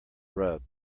rub